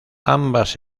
ambas